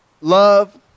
love